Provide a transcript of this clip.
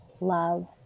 love